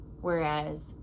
whereas